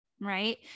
right